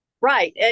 right